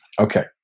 Okay